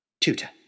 Tutor